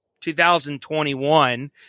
2021